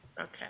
Okay